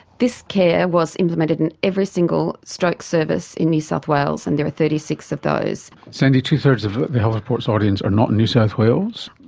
this care was implemented in every single stroke service in new south wales and there are thirty six of those. sandy, two-thirds of the health report's audience are not in new south wales.